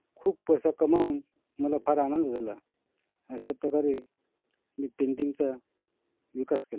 खूप पैसा कमावून मला फार आनंद झाला अशा प्रकारे मी पेंटिंगचा विकास केला